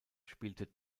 spielte